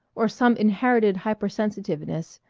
or some inherited hypersensitiveness,